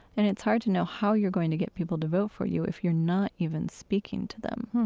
and it's hard to know how you're going to get people to vote for you if you're not even speaking to them.